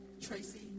Tracy